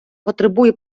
потребує